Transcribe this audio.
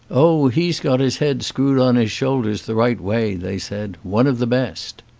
oh, he's got his head screwed on his shoulders the right way, they said. one of the best.